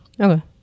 Okay